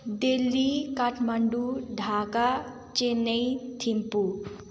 Delhi Kathmandu Dhaka Chennai Thimphu